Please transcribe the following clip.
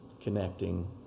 connecting